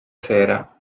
sera